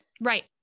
right